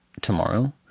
tomorrow